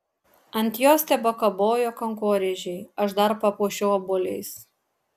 ant jos tebekabojo kankorėžiai aš dar papuošiau obuoliais